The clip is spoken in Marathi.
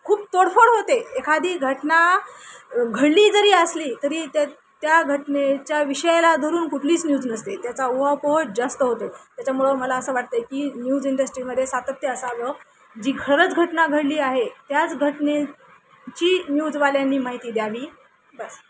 खूप तोडफोड होते एखादी घटना घडली जरी असली तरी त्या त्या घटनेच्या विषयाला धरून कुठलीच न्यूज नसते त्याचा उहापोह जास्त होतो त्याच्यामुळे मला असं वाटतं आहे की न्यूज इंडस्ट्रीमध्ये सातत्य असावं जी खरंच घटना घडली आहे त्याच घटनेची न्यूजवाल्यांनी माहिती द्यावी बस